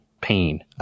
pain